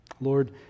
Lord